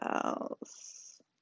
else